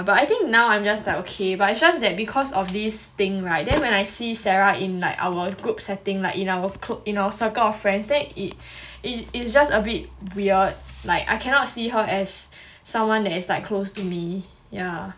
but I think now I'm just like okay but it's just that because of this thing [right] then when I see sarah in like our group setting like in our clo~ in our circle of friends then it it it's just a bit weird like I cannot see her as someone that is like close to me yeah